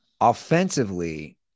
Offensively